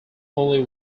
only